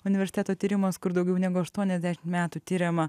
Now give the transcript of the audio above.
universiteto tyrimas kur daugiau negu aštuoniasdešimt metų tiriama